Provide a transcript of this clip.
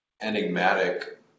enigmatic